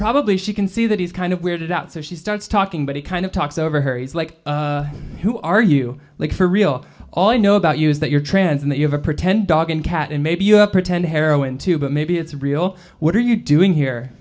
probably she can see that he's kind of weirded out so she starts talking but he kind of talks over her he's like who are you like for real all i know about you is that you're trans in that you have a pretend dog and cat and maybe you have pretend heroin too but maybe it's real what are you doing here